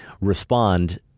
respond